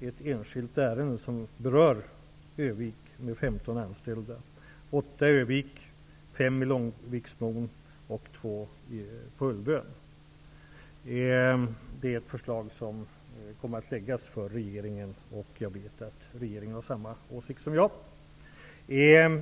ett enskilt ärende gällande 15 anställda som berör Örnsköldsvik. Det är fråga om Det är ett förslag som kommer att läggas fram för regeringen, och jag vet att regeringen har samma åsikt som jag.